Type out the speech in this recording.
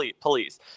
police